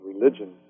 religion